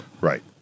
Right